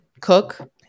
Cook